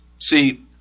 See